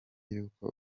yuko